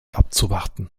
abzuwarten